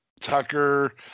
Tucker